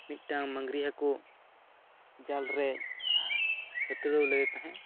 ᱢᱤᱫ ᱴᱟᱝ ᱢᱟᱹᱜᱨᱤ ᱦᱟᱹᱠᱩ ᱡᱟᱞ ᱨᱮ ᱦᱟᱹᱛᱷᱲᱟᱹᱣ ᱞᱮᱫᱮ ᱛᱟᱦᱮᱫ